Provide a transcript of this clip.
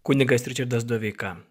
kunigas ričardas doveika